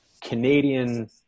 Canadian